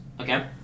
Okay